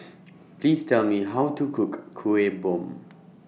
Please Tell Me How to Cook Kueh Bom